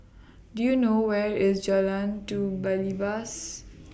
Do YOU know Where IS Jalan Do Belibas